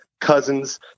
cousin's